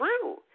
true